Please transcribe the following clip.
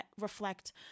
reflect